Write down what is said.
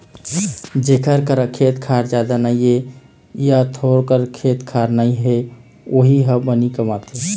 जेखर करा खेत खार जादा नइ हे य थोरको खेत खार नइ हे वोही ह बनी कमाथे